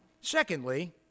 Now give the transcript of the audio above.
Secondly